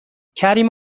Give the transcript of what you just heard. کریم